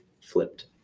flipped